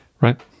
Right